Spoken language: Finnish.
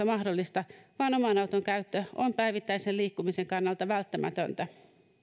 mahdollista vaan oman auton käyttö on päivittäisen liikkumisen kannalta välttämätöntä